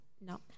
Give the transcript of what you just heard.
No